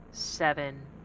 Seven